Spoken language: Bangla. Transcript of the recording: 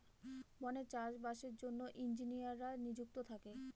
বনে চাষ বাসের জন্য ইঞ্জিনিয়াররা নিযুক্ত থাকে